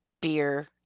beer